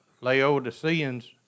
Laodiceans